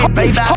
baby